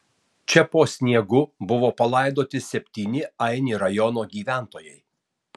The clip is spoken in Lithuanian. čia po sniegu buvo palaidoti septyni aini rajono gyventojai